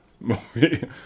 movie